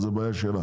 זה בעיה שלה.